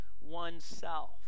oneself